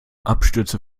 abstürzen